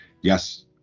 yes